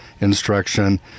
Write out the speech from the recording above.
instruction